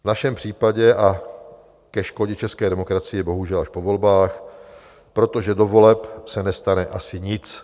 V našem případě a ke škodě české demokracie bohužel až po volbách, protože do voleb se nestane asi nic.